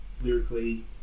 lyrically